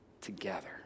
together